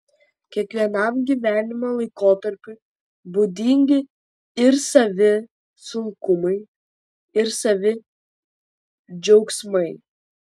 kiekvienam gyvenimo laikotarpiui būdingi ir savi sunkumai ir savi džiaugsmai